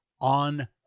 on